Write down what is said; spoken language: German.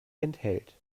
enthält